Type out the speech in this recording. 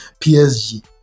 PSG